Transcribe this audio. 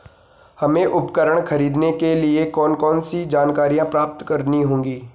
हमें उपकरण खरीदने के लिए कौन कौन सी जानकारियां प्राप्त करनी होगी?